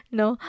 no